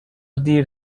دیر